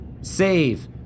Save